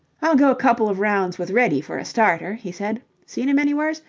i'll go a couple of rounds with reddy for a starter, he said. seen him anywheres?